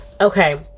Okay